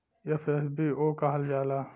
FSBO कहल जाला